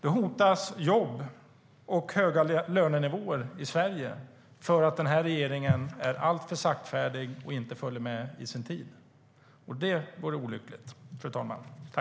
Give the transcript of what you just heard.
Då hotas jobb och höga lönenivåer i Sverige för att denna regering är alltför saktfärdig och inte följer med i sin tid. Det vore olyckligt, fru talman.